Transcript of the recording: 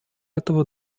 этого